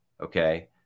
Okay